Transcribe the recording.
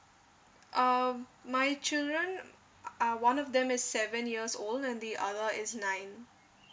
um my children uh one of them is seven years old and the other is nine